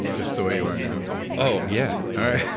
just the way you are now oh, yeah alright.